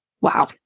Wow